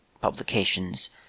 publications